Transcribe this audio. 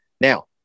Now